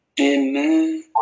Amen